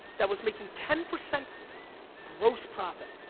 that was making ten percent gross profit,